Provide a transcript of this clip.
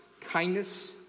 kindness